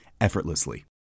effortlessly